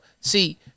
See